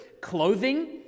clothing